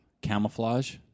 camouflage